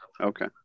Okay